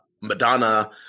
Madonna